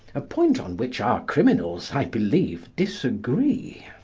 a point on which our criminals, i believe, disagree.